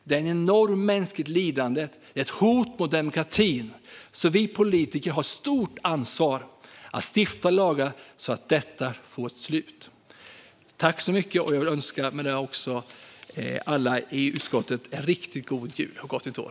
Det är ett enormt mänskligt lidande och ett hot mot demokratin. Vi politiker har ett stort ansvar för att stifta lagar som gör att detta får ett slut. Jag vill önska alla i utskottet en riktigt god jul och ett gott nytt år.